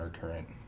current